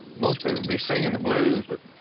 most people would be singing the blues, but,